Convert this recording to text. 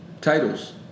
titles